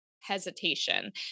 hesitation